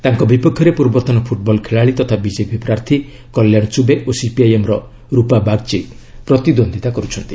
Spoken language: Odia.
ତାଙ୍କ ବିପକ୍ଷରେ ପୂର୍ବତନ ଫୁଟ୍ବଲ ଖେଳାଳି ତଥା ବିଜେପି ପ୍ରାର୍ଥୀ କଲ୍ୟାଣ ଚୁବେ ଓ ସିପିଆଇଏମ୍ର ରୁପା ବାଗ୍ଚୀ ପ୍ବତିଦ୍ୱନ୍ଦିତା କରୁଛନ୍ତି